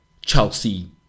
Chelsea